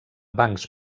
bancs